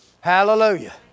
Hallelujah